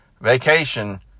vacation